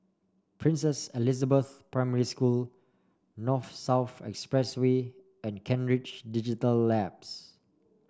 Princess Elizabeth Primary School North South Expressway and Kent Ridge Digital Labs